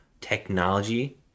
technology